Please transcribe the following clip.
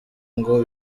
ngo